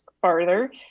farther